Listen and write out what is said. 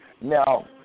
now